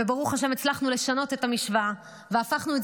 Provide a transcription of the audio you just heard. וברוך השם הצלחנו לשנות את המשוואה והפכנו את